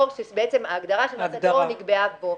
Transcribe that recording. ומכיוון שההגדרה של מעשה טרור נקבעה בו,